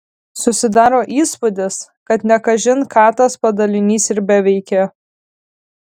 susidaro įspūdis kad ne kažin ką tas padalinys ir beveikė